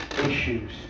issues